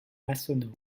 massonneau